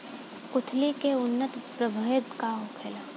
कुलथी के उन्नत प्रभेद का होखेला?